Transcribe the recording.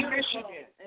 Michigan